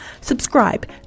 Subscribe